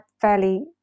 fairly